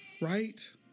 Right